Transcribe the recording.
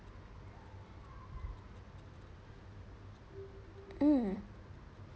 mm